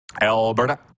Alberta